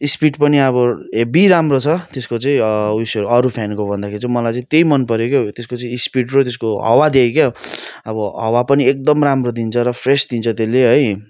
speed पनि अब heavy राम्रो छ त्यसको चाहिँ उयस अरू फ्यानको भन्दाखेरि चाहिँ मलाई चाहिँ त्यही मन पऱ्यो क्या त्यसको चाहिँ स्पिड र त्यसको हावा दियाइ के अब हावा पनि एकदम राम्रो दिन्छ र फ्रेस दिन्छ त्यसले है